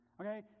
okay